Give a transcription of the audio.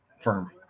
firm